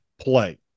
play